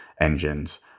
engines